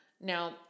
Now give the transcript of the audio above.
Now